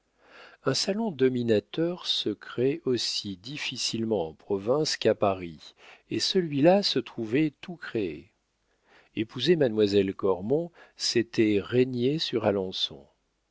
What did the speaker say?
un salon dominateur se crée aussi difficilement en province qu'à paris et celui-là se trouvait tout créé épouser mademoiselle cormon c'était régner sur